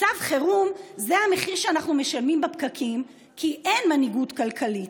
מצב חירום זה המחיר שאנחנו משלמים בפקקים כי אין מנהיגות כלכלית.